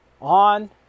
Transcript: on